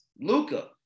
Luca